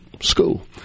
school